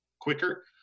quicker